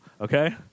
okay